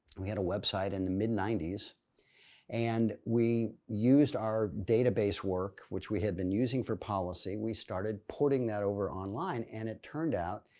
we had a website in the mid ninety s and we used our database work, which we had been using for policy. we started porting that over online and it turned out,